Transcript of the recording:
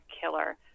killer